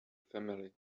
family